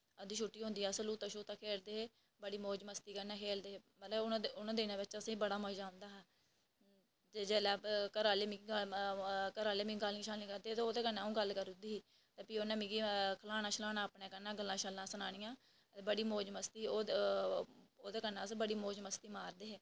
अद्धी छुट्टी होंदी ते अस लूत्ता खेल्लदे हे बड़ी मौज़ मस्ती कन्नै खेल्लदे हे मतलब उनें दिनें बिच असेंगी बड़ा मज़ा औंदा हा ते जेल्लै घरै आह्ले मिगी गालियां कड्ढदे ते अंऊ ओह्दे नै हर गल्ल करी ओड़दी ते भी मिगी उन्नै खलाना अपने कन्नै ते गल्लां करनियां ते बड़ी मौज़ मस्ती ओह्दे कन्नै अस बड़ी मौज़ मस्ती मारदे हे